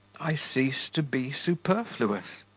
i cease to be superfluous.